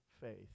faith